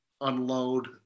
unload